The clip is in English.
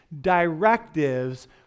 directives